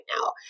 now